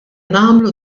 nagħmlu